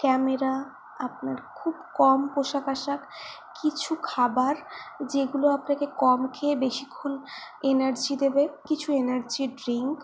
camera আপনার খুব কম পোশাক আশাক কিছু খাবার যেগুলো আপনাকে কম খেয়ে বেশিক্ষণ এনার্জি দেবে কিছু এনার্জি ড্রিংক